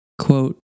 Quote